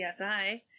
csi